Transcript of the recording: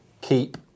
keep